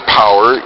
power